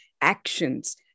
actions